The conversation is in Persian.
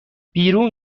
بیرون